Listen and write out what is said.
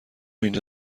اینجا